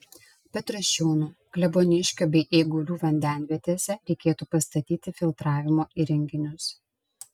petrašiūnų kleboniškio bei eigulių vandenvietėse reikėtų pastatyti filtravimo įrenginius